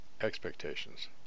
expectations